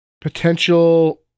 potential